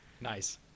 Nice